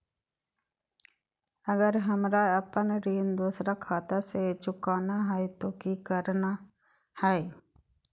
अगर हमरा अपन ऋण दोसर खाता से चुकाना है तो कि करना है?